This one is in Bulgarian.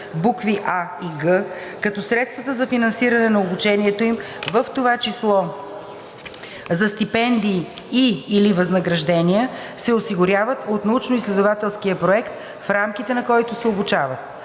букви „а“ и „г“, като средствата за финансиране на обучението им, в това число за стипендии и/или възнаграждения, се осигуряват от научноизследователския проект, в рамките на който се обучават.